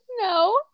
No